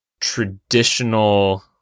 traditional